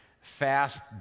fast